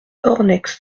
ornex